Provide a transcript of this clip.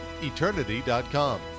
eternity.com